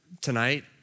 tonight